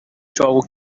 چاقو